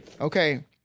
Okay